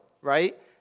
right